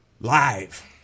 live